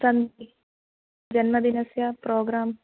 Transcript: सन्ति जन्मदिनस्य प्रोग्राम्